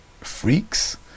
freaks